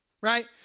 right